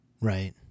Right